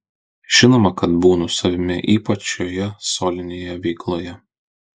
žinoma kad būnu savimi ypač šioje solinėje veikloje